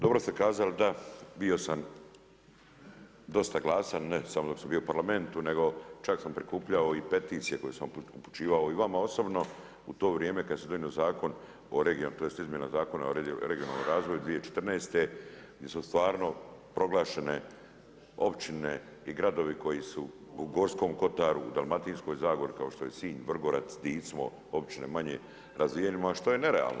Dobro ste kazali, da, bio sam dosta glasan, ne samo dok sam bio u Parlamentu nego čak sam i prikupljao peticije koje sam upućivao i vama osobno u to vrijeme kad se donijela izmjena Zakona o regionalnom razvoju 2014. di su stvarno proglašene općine i gradovi koji su u Gorskom kotar, u Dalmatinskoj zagori kao što je Sinj, Vrgorac, Tisno, općine manje razvijene, što je nerealno.